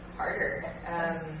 harder